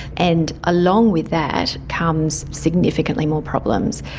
and along with that comes significantly more problems.